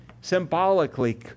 symbolically